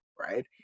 right